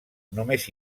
només